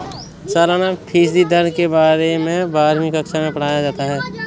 सालाना फ़ीसदी दर के बारे में बारहवीं कक्षा मैं पढ़ाया जाता है